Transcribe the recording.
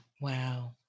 Wow